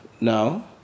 now